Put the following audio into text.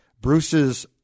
Bruce's